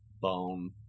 bone